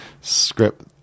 script